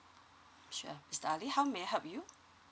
sure study how may I help you